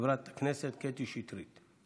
חברת הכנסת קטי שטרית.